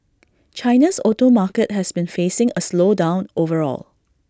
China's auto market has been facing A slowdown overall